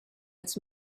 its